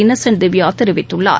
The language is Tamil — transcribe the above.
இன்னசென்ட் திவ்யா தெரிவித்துள்ளார்